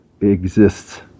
exists